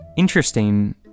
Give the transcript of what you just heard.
interesting